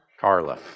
Carla